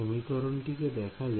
সমীকরণটি কে দেখা যাক